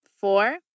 Four